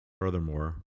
Furthermore